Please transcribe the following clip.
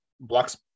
blocks